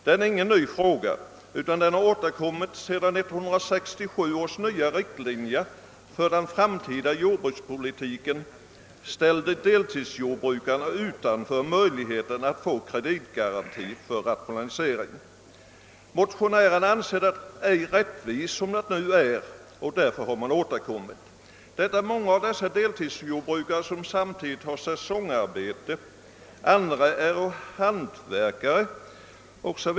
Denna fråga är inte ny, utan den har återkommit alltsedan 1967 års nya riktlinjer för den framtida jordbrukspolitiken ställde deltidsjordbrukarna utanför möjligheterna att få kreditgarantier för rationalisering. Motionärerna anser att de nuvarande bestämmelserna inte är rättvisa och har därför åter tagit upp denna fråga motionsvägen. Många av dessa deltidsjordbrukare har samtidigt säsongarbete, andra är hantverkare etc.